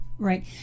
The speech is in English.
Right